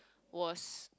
was